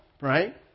right